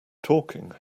talking